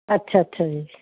ਅੱਛਾ ਅੱਛਾ ਜੀ